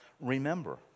Remember